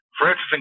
Francis